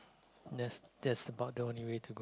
that's that's about the only way to